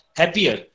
happier